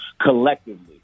collectively